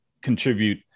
contribute